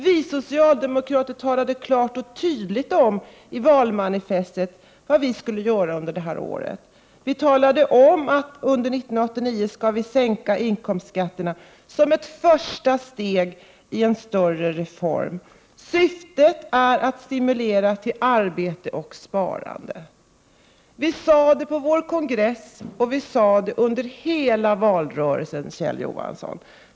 Vi socialdemokrater talade klart och tydligt om i valmanifestet vad vi skulle göra under det här året. Vi talade om att vi under 1989 skulle sänka inkomstskatterna, som ett första steg i en större reform. Syftet är att stimulera till arbete och sparande. Detta sade vi på vår kongress och under hela valrörelsen, Kjell Johansson.